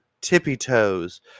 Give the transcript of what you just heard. tippy-toes